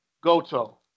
Goto